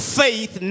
faith